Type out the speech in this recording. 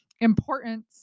importance